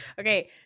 Okay